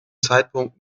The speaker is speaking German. zeitpunkt